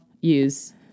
use